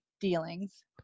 Dealings